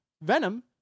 Venom